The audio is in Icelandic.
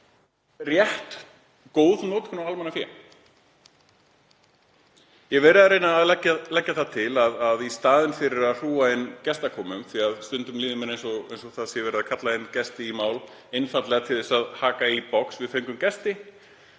rétt og góð notkun á almannafé. Ég hef verið að reyna að leggja það til að í staðinn fyrir að hrúga inn gestakomum, því stundum líður mér eins og það sé verið að kalla inn gesti í mál, einfaldlega til þess að haka í box. Við fengum gesti.